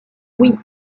oui